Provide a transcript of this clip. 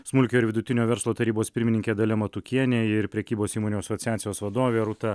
smulkiojo ir vidutinio verslo tarybos pirmininkė dalia matukienė ir prekybos įmonių asociacijos vadovė rūta